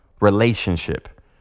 relationship